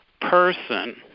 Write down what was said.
person